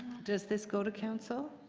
does this go to council?